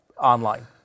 online